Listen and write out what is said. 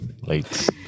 Late